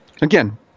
Again